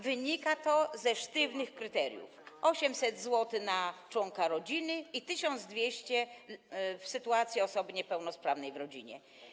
Wynika to ze sztywnych kryteriów: 800 zł na członka rodziny i 1200 zł w sytuacji osoby niepełnosprawnej w rodzinie.